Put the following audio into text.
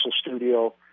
studio